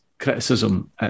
criticism